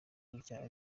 gutya